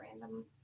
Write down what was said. random